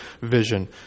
vision